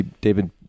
David